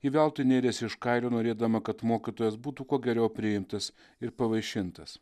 ji veltui nėrėsi iš kailio norėdama kad mokytojas būtų kuo geriau priimtas ir pavaišintas